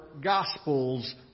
Gospels